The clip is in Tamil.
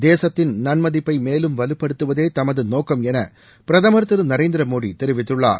தேசத்தின் நன் மதிப்பை மேலும் வலுப்படுத்துவதே தமது நோக்கம் என பிரதமர் திரு நரேந்திர மோடி தெரிவித்துள்ளார்